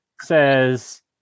says